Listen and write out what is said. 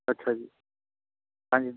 ਅੱਛਾ ਜੀ ਹਾਂਜੀ